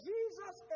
Jesus